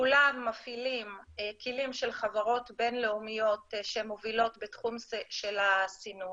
כולם מפעילים כלים של חברות בינלאומיות שמובילות בתחום של הסינון,